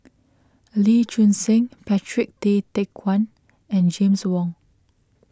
Lee Choon Seng Patrick Tay Teck Guan and James Wong